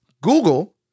Google